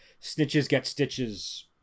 snitches-get-stitches